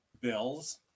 Bills